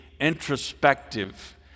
introspective